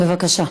בבקשה.